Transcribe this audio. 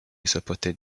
supported